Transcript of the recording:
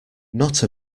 not